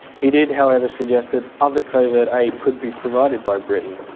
he did, however, suggest that other covert aid could be provided by britain.